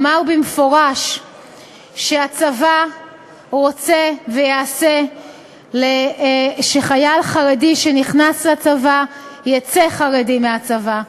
אמר במפורש שהצבא רוצה ויעשה שחייל חרדי שנכנס לצבא יצא חרדי מהצבא.